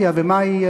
דברים,